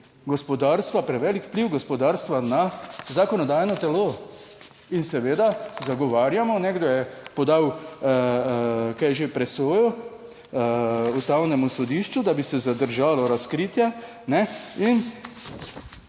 prevelik vpliv gospodarstva na zakonodajno telo. In seveda zagovarjamo, nekdo je podal, kaj že, presojo Ustavnemu sodišču, da bi se zadržalo razkritje,